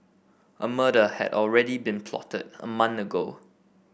a murder had already been plotted a month ago